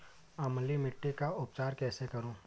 अम्लीय मिट्टी का उपचार कैसे करूँ?